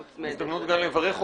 זו הזדמנות גם לברך אותה,